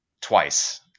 Twice